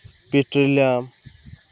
petroleum